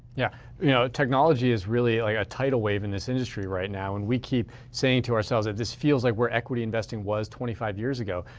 yeah you know technology is really a tidal wave in this industry right now. and we keep saying to ourselves, this feels like where equity investing was twenty five years ago.